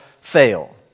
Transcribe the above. fail